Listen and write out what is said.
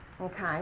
Okay